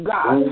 God